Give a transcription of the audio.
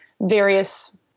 various